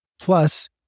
Plus